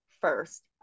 first